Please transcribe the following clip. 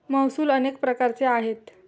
महसूल अनेक प्रकारचे आहेत